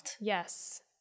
Yes